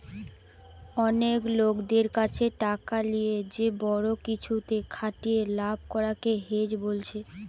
অনেক লোকদের কাছে টাকা লিয়ে যে বড়ো কিছুতে খাটিয়ে লাভ করা কে হেজ বোলছে